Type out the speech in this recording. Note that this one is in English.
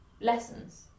lessons